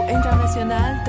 International